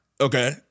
Okay